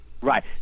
Right